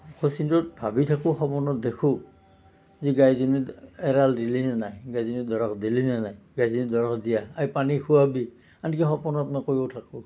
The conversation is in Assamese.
সচিতত ভাবি থাকোঁ সপোনত দেখোঁ যে গাইজনী এৰাল দিলে নে নাই গাইজনীক দৰৱ দিলে নে নাই গাইজনীক দৰৱ দিয়া এই পানী খুৱাবি আনকি সপোনত মই কৈয়ো থাকোঁ